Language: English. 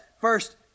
first